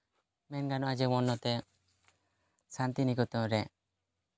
ᱢᱮᱱᱜᱟᱱᱚᱜᱼᱟ ᱡᱮᱢᱚᱱ ᱱᱚᱛᱮ ᱥᱟᱱᱛᱤᱱᱤᱠᱮᱛᱚᱱ ᱨᱮ